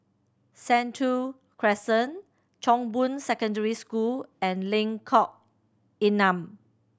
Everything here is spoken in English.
Sentul Crescent Chong Boon Secondary School and Lengkok Enam